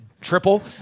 triple